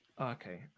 Okay